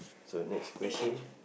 so next question